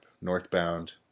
northbound